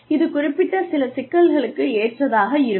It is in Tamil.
இது குறிப்பிட்ட சில சிக்கல்களுக்கு ஏற்றதாக இருக்கும்